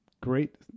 great